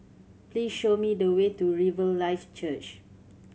please show me the way to Riverlife Church